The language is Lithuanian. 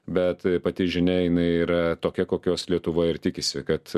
bet pati žinia jinai yra tokia kokios lietuva ir tikisi kad